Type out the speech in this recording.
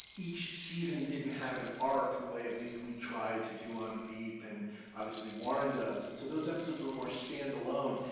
each season didn't have an arc the way at least we tried to do on veep and obviously warren does. and so those episodes were more stand alone.